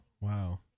Wow